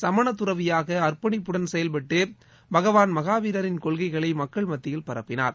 சமணத் தறவியாக அர்ப்பணிப்புடன் செயவ்பட்டு பகவான் மகாவீரரின் கொள்கைகளை மக்கள் மத்தியில் பரப்பினார்